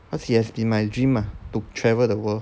cause it has been my dream ah to travel the world